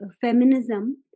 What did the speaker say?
feminism